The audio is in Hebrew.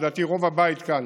ולדעתי רוב הבית כאן